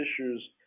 issues